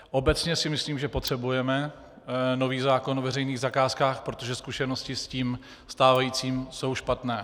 Obecně si myslím, že potřebujeme nový zákon o veřejných zakázkách, protože zkušenosti s tím stávajícím jsou špatné.